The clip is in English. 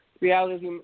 Reality